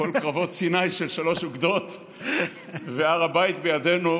כל קרבות סיני של שלוש אוגדות והר הבית בידינו.